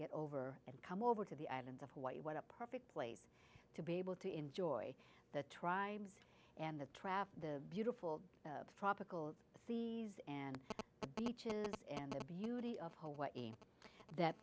get over and come over to the islands of hawaii what a perfect place to be able to enjoy the tribes and the traffic the beautiful tropical sees and the beaches and the beauty of hawaii that